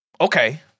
Okay